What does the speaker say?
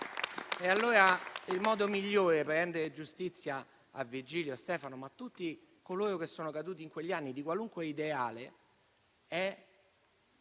Il modo migliore per rendere giustizia a Virgilio e a Stefano, ma a tutti coloro che sono caduti in quegli anni, di qualunque ideale, è che non parlino e